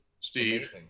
Steve